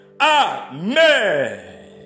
Amen